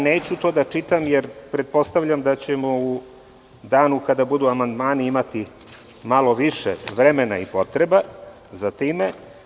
Neću to sada čitati, pretpostavljam da ćemo u danu kada budemo imali amandmane imati malo više vremena i potreba za tim.